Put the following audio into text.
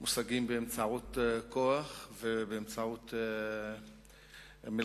מושגים באמצעות כוח ובאמצעות מלחמות.